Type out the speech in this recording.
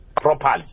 properly